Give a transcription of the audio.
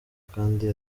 kandi